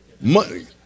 money